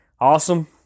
awesome